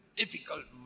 difficult